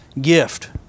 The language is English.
gift